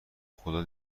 خدا